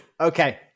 okay